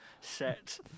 set